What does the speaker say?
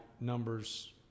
numbers